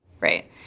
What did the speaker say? Right